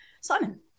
Simon